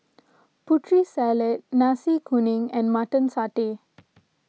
Putri Salad Nasi Kuning and Mutton Satay